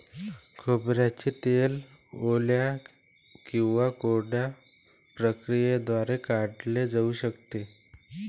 खोबऱ्याचे तेल ओल्या किंवा कोरड्या प्रक्रियेद्वारे काढले जाऊ शकते